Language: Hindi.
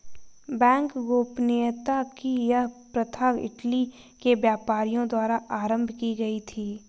बैंक गोपनीयता की यह प्रथा इटली के व्यापारियों द्वारा आरम्भ की गयी थी